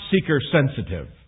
seeker-sensitive